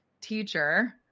teacher